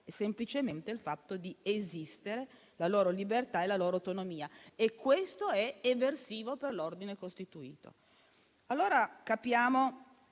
semplicemente il fatto di esistere, la loro libertà e la loro autonomia; e questo è eversivo per l'ordine costituito ed è